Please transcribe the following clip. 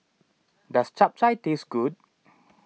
does Chap Chai taste good